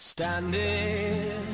Standing